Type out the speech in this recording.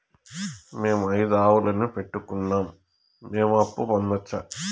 మేము ఐదు ఆవులని పెట్టుకున్నాం, మేము అప్పు పొందొచ్చా